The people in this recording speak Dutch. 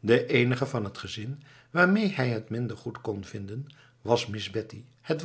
de eenige van het gezin waarmede hij het minder goed kon vinden was miss betty het